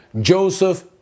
Joseph